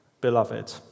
beloved